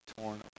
torn